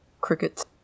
Cricket